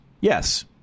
Yes